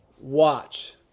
Watch